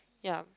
ya